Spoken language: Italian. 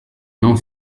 non